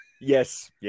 Yes